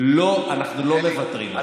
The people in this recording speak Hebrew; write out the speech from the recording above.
לא, אנחנו לא מוותרים היום.